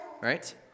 Right